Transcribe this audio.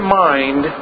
mind